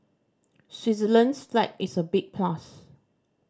Switzerland's flag is a big plus